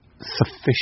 sufficient